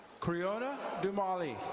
criota dumalee.